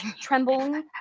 trembling